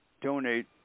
donate